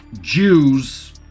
Jews